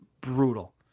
brutal